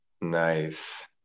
nice